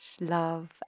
love